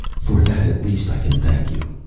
for that, at least, i can thank you.